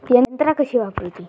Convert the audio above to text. यंत्रा कशी वापरूची?